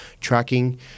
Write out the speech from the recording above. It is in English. tracking